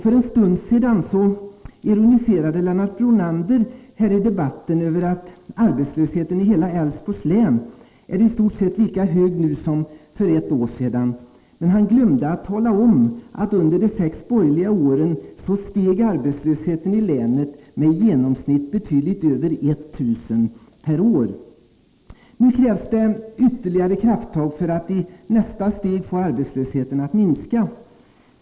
För en stund sedan ironiserade Lennart Brunander här i debatten över att arbetslösheten i hela Älvsborgs län i stort sett är lika hög som för ett år sedan. Men han glömde att tala om att under de sex borgerliga åren steg arbetslösheten i länet med i genomsnitt betydligt över 1 000 personer per år. Nu krävs det ytterligare krafttag för att i nästa steg få arbetslösheten att minska.